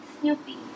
Snoopy